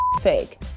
fake